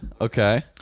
Okay